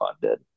funded